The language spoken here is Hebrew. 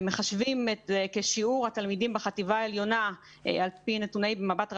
ומחשבים את שיעור התלמידים בחטיבה העליונה על פי נתוני "מבט רחב"